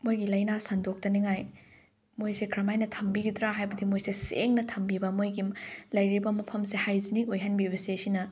ꯃꯣꯏꯒꯤ ꯂꯥꯏꯅꯥ ꯁꯟꯗꯣꯛꯇꯅꯤꯡꯉꯥꯏ ꯃꯣꯏꯁꯦ ꯀꯔꯝ ꯍꯥꯏꯅ ꯊꯝꯕꯤꯒꯗ꯭ꯔꯥ ꯍꯥꯏꯕꯗꯤ ꯃꯣꯏꯁꯦ ꯁꯦꯡꯅ ꯊꯝꯕꯤꯕ ꯃꯣꯏꯒꯤ ꯂꯩꯔꯤꯕ ꯃꯐꯝꯁꯦ ꯍꯥꯏꯖꯤꯅꯤꯛ ꯑꯣꯏꯍꯟꯕꯤꯕꯁꯦ ꯁꯤꯅ